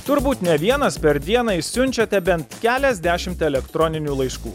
turbūt ne vienas per dieną išsiunčiate bent keliasdešimt elektroninių laiškų